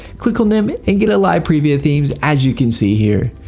click on them and get a live preview of themes as you can see here.